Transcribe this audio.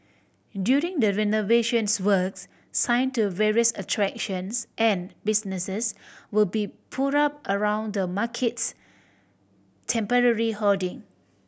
during the renovations works sign to various attractions and businesses will be put up around the market's temporary hoarding